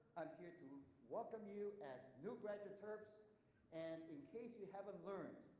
i'm here to welcome you as new graduate terps and in case you haven't learned,